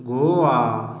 Goa